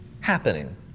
happening